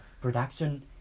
production